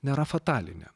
nėra fatalinė